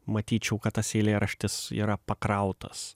matyčiau kad tas eilėraštis yra pakrautas